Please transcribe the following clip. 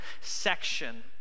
section